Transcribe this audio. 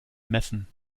messen